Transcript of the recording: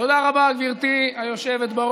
תודה רבה, גברתי היושבת-ראש.